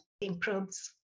improves